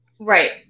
right